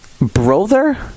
Brother